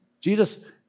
Jesus